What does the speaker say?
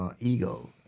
ego